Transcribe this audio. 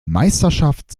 meisterschaft